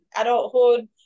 adulthood